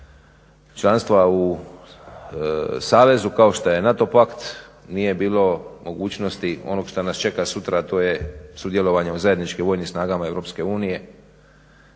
članstva u savezu kao što je NATO pakt, nije bilo mogućnosti onog što nas čeka sutra, a to je sudjelovanje u zajedničkim vojnim snagama EU